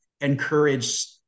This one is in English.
encourage